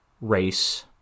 race